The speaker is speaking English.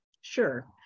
Sure